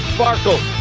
Sparkle